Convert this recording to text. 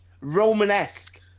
Romanesque